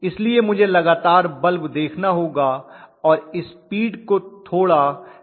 इसलिए मुझे लगातार बल्ब देखना होगा और स्पीड को थोड़ा समायोजित करना होगा